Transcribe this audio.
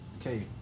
okay